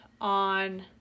on